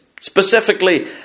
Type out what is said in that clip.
Specifically